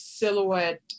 silhouette